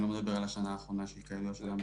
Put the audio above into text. אנחנו נמצאים במשבר של כוח אדם במשרד גם כן.